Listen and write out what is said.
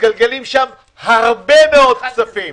מתגלגלים שם הרבה מאוד כספים,